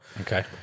Okay